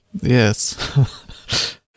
Yes